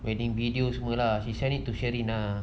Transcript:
wedding videos semua lah she sent it to sheryn lah